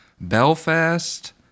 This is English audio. Belfast